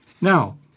Now